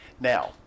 Now